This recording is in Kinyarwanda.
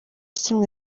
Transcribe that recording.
kimwe